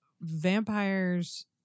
vampires